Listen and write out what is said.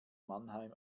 mannheim